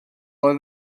oedd